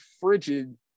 frigid